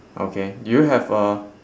okay do you have a